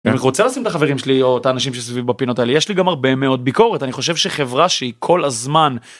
אני רוצה לשים את החברים שלי או את האנשים שסביבי בפינות האלה יש לי גם הרבה מאוד ביקורת, אני חושב שחברה שהיא כל הזמן...